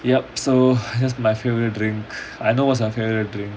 yup so that's my favourite drink I know what's your favourite drink